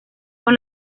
con